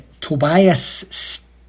Tobias